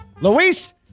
Luis